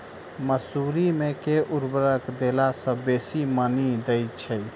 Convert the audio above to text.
मसूरी मे केँ उर्वरक देला सऽ बेसी मॉनी दइ छै?